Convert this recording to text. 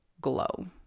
Glow